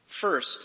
First